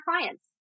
clients